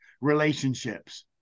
relationships